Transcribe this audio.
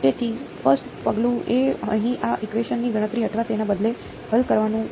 તેથી ફર્સ્ટ પગલું એ અહીં આ ઇકવેશન ની ગણતરી અથવા તેના બદલે હલ કરવાનું છે